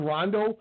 Rondo